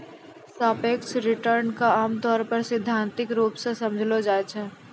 सापेक्ष रिटर्न क आमतौर पर सैद्धांतिक रूप सें समझलो जाय छै